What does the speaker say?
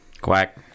Quack